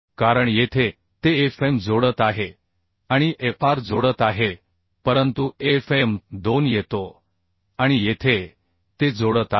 कारण येथे ते Fm जोडत आहे आणि Fr जोडत आहे परंतु Fm 2 येतो आणि येथे ते जोडत आहे